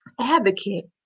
advocate